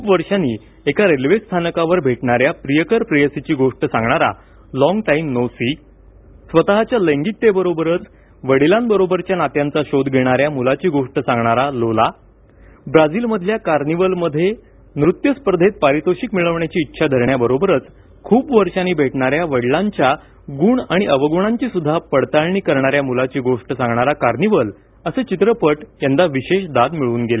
खूप वर्षांनी एका रेल्वेस्थानकावर भेटणाऱ्या प्रियकर प्रेयसीची गोष्ट सांगणारा लॉग टाइम नो सी स्वतःच्या लैंगिकतेबरोबरच वडिलांबरोबरच्या नात्यांचा शोध घेणाऱ्या मुलाची गोष्ट सांगणारा लोला ब्राझिलमधल्या कार्निव्हलमध्ये नृत्य स्पर्धेत पारितोषिक मिळवण्याची इच्छा धरण्याबरोबरच खूप वर्षांनी भेटणाऱ्या वडिलांच्या गुण आणि अवगुणांची पडताळणी करणाऱ्या मुलाची गोष्ट सांगणारा कार्निव्हल असे चित्रपट यंदा विशेष दाद मिळवून गेले